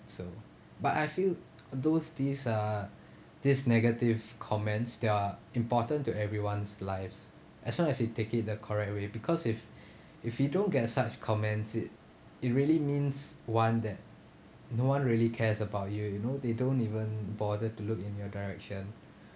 so but I feel those these uh this negative comments they're important to everyone's lives as long as you take it the correct way because if if we don't get such comments it it really means one that no one really cares about you you know they don't even bother to look in your direction